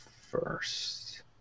first